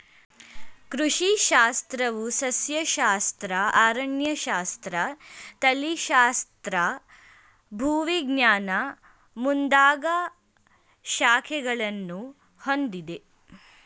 ಕೃಷಿ ಶಾಸ್ತ್ರವು ಸಸ್ಯಶಾಸ್ತ್ರ, ಅರಣ್ಯಶಾಸ್ತ್ರ, ತಳಿಶಾಸ್ತ್ರ, ಭೂವಿಜ್ಞಾನ ಮುಂದಾಗ ಶಾಖೆಗಳನ್ನು ಹೊಂದಿದೆ